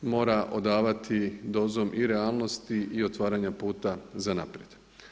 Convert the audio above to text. Mora odavati dozom i realnosti i otvaranja puta za naprijed.